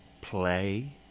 play